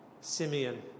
Simeon